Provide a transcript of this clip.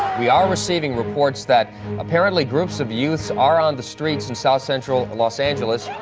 we are receiving reports that apparently groups of youths are on the streets in south central los angeles.